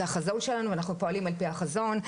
זה החזון שלנו ואנחנו פועלים על פי החזון,